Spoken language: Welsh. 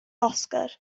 oscar